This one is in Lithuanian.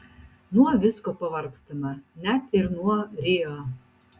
nuo visko pavargstama net ir nuo rio